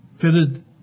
fitted